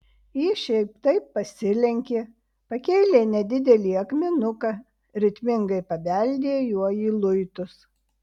ji šiaip taip pasilenkė pakėlė nedidelį akmenuką ritmingai pabeldė juo į luitus